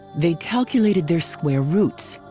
they calculated their square roots.